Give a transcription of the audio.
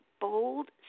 bold